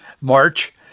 march